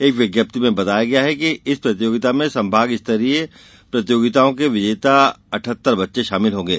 एक विज्ञप्ति में बताया गया है कि इस प्रतियोगिता में संभाग स्तरीय प्रतियोगिताओं के विजेता अठहत्तर बच्चे शामिल होंगे